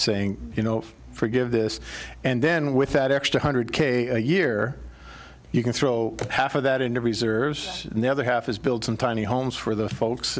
saying you know forgive this and then with that extra hundred k a year you can throw half of that into reserves and the other half is build some tiny homes for those folks